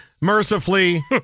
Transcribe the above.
mercifully